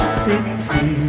city